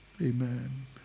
Amen